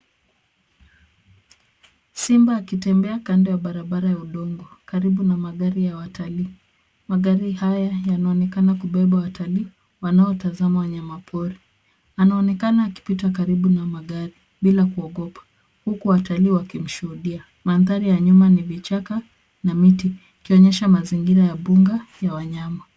Simba akitembea kando ya barabara ya udongo akiwa karibu na magari ya watalii. Magari haya yanaonekana kubeba watalii wanao tazama wanyama pori. Anaonekana akipita karibu na magari bila kuogopa huku watalii wakimshuhudia. Mandhari ya nyuma ni vichaka na miti ikionyesha mazingira ya mbuga ya wanyama.